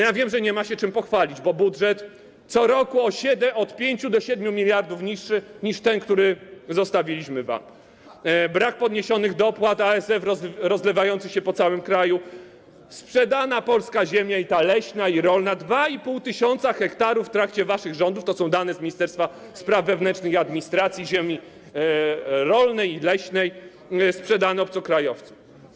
Ja wiem, że nie ma się czym pochwalić, bo budżet co roku jest o od 5 do 7 mld niższy niż ten, który wam zostawiliśmy, brak podniesionych dopłat, ASF rozlewający się po całym kraju, sprzedana polska ziemia, i leśna, i rolna, 2,5 tys. ha w trakcie waszych rządów - to są dane z Ministerstwa Spraw Wewnętrznych i Administracji - ziemi rolnej i leśnej sprzedano obcokrajowcom.